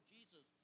Jesus